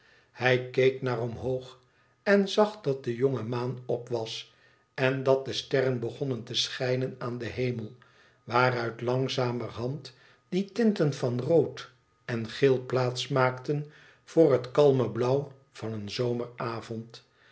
hij keek naar omhoog en zag dat de jonge maan op was en dat de sterren begonnen te schijnen aan den hemel waaruit langzamerhand die tinten van rood en geel plaats maakten voor het kalme blauw van een zomeravond